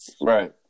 Right